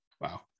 wow